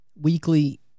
weekly